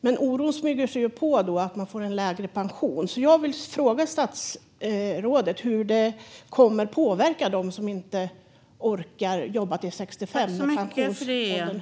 Men oron smyger sig då på att de får en lägre pension, så jag vill fråga statsrådet hur det kommer att påverka dem som inte orkar jobba till 65 när pensionsåldern höjs.